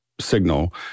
signal